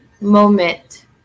moment